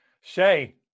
Shay